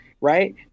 right